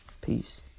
peace